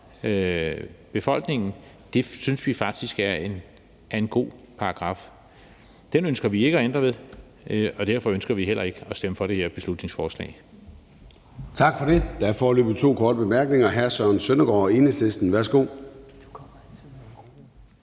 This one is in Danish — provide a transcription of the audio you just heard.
befolkningen, synes vi faktisk, at det er en god paragraf. Den ønsker vi ikke at ændre ved, og derfor ønsker vi heller ikke at stemme for det her beslutningsforslag. Kl. 18:27 Formanden (Søren Gade): Tak for det. Der er foreløbig to korte bemærkninger. Hr. Søren Søndergaard fra Enhedslisten, værsgo.